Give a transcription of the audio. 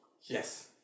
Yes